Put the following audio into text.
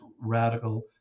radical